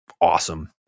awesome